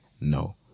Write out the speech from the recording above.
No